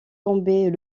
tomber